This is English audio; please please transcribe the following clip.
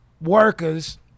workers